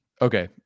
Okay